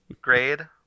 grade